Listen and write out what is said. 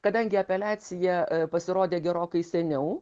kadangi apeliacija a pasirodė gerokai seniau